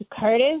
Curtis